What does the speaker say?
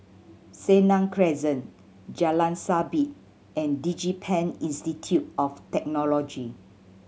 Senang Crescent Jalan Sabit and DigiPen Institute of Technology